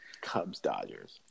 Cubs-Dodgers